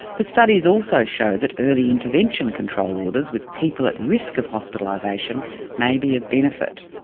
the studies also show that early intervention control orders with people at risk of hospitalisation may be of benefit.